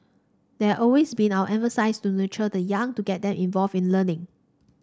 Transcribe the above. they always been our emphasis to nurture the young to get them involved in learning